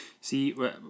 See